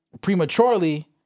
prematurely